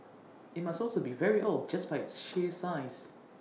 IT must also be very old just by its sheer size